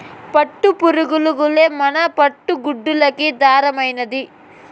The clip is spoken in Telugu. పట్టుపురుగులు గూల్లే మన పట్టు గుడ్డలకి దారమైనాది